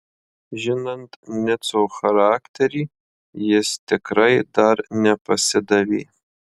žinant nico charakterį jis tikrai dar nepasidavė